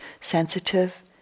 sensitive